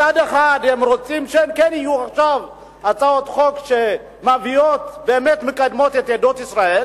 מצד אחד הם רוצים שכן יהיו עכשיו הצעות חוק שבאמת מקדמות את עדות ישראל,